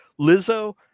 lizzo